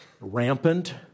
rampant